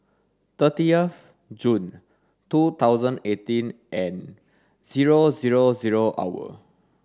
thirteenth June two thousand eighteen and zero zero zero hour